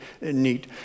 neat